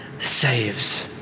saves